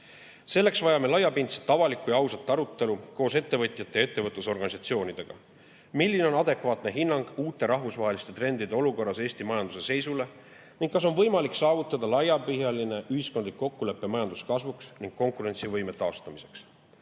Selleks vajame laiapindset, avalikku ja ausat arutelu koos ettevõtjate ja ettevõtlusorganisatsioonidega, milline on adekvaatne hinnang uute rahvusvaheliste trendide olukorras Eesti majanduse seisule ning kas on võimalik saavutada laiapõhjaline ühiskondlik kokkulepe majanduskasvuks ja konkurentsivõime taastamiseks.